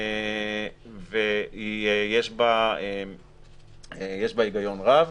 ויש בה היגיון רב.